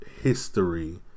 history